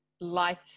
life